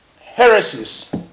heresies